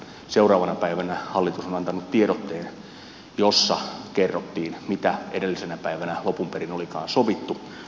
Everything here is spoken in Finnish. seuraavana päivänä hallitus on antanut tiedotteen jossa kerrottiin mitä edellisenä päivänä lopun perin olikaan sovittu